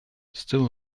still